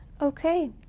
Okay